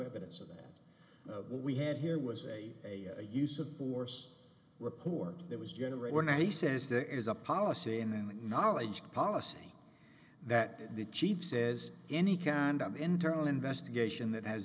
evidence of that what we had here was a a a use of force report that was generated and he says there is a policy and then acknowledged policy that the chief says any kind of internal investigation that has